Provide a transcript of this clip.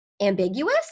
ambiguous